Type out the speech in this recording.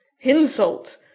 Insult